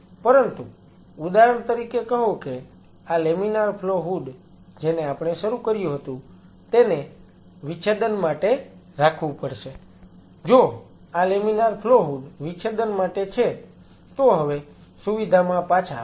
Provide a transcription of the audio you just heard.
પરંતુ ઉદાહરણ તરીકે કહો કે આ લેમિનાર ફ્લો હૂડ જેને આપણે શરૂ કર્યું હતું તેને વિચ્છેદન માટે રાખવું પડશે જો આ લેમિનાર ફ્લો હૂડ વિચ્છેદન માટે છે તો હવે સુવિધામાં પાછા આવીએ